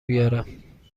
بیارم